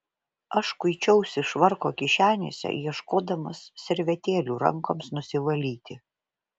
aš kuičiausi švarko kišenėse ieškodamas servetėlių rankoms nusivalyti